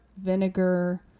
vinegar